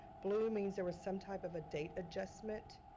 blue means there was some type of ah date adjustment,